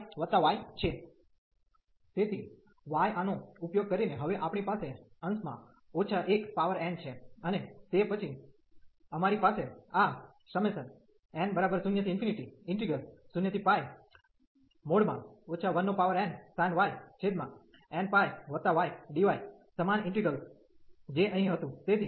તેથી y આનો ઉપયોગ કરીને હવે આપણી પાસે અંશમાં ઓછા 1 પાવર n છે અને તે પછી અમારી પાસે આn00 1nsin y nπydy સમાન ઇન્ટિગ્રેલ્સ જે અહીં હતું